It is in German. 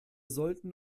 sollten